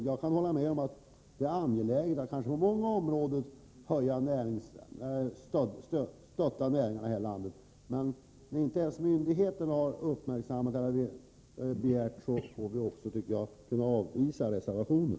Jag kan hålla med om att det kan vara angeläget att på många områden stötta näringar här i landet, men när inte ens myndigheten har begärt någon ökning bör vi också kunna avvisa reservationen.